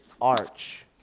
Arch